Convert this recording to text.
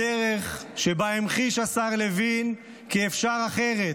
הדרך שבה המחיש השר לוין כי אפשר אחרת,